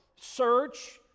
search